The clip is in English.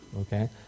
okay